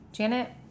Janet